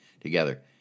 together